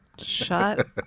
Shut